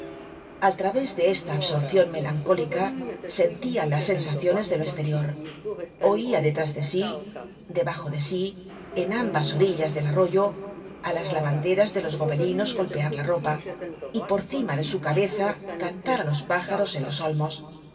al través de esta absorcion melancólica sentia las sensaciones de lo esterior oia detrás de si debajo de sí en ambas orillas del arroyo á las lavanderas de los gobelinos golpear la ropa y por cima de su cabeza cantar á los pájaros en los olmos por